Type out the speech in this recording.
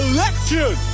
Election